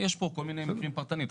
יש פה כל מיני מקרים פרטניים.